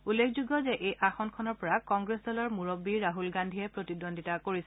উল্লেখযোগ্য যে এই আসনখনৰ পৰা কংগ্ৰেছ দলৰ মুৰববী ৰাছল গান্ধীয়ে প্ৰতিদ্বন্দ্বিতা কৰিছে